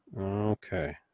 Okay